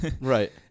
right